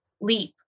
leap